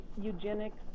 eugenics